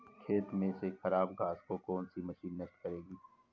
खेत में से खराब घास को कौन सी मशीन नष्ट करेगी?